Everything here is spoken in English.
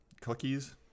cookies